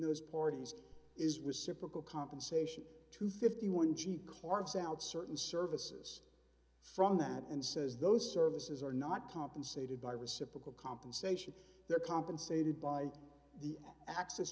those parties is reciprocal compensation to fifty one cheap cards out certain services from that and says those services are not compensated by reciprocal compensation they're compensated by the access